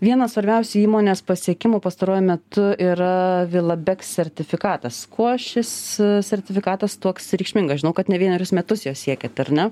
vienas svarbiausių įmonės pasiekimų pastaruoju metu yra vilabeks sertifikatas kuo šis sertifikatas toks reikšmingas žinau kad ne vienerius metus jo siekėt ar ne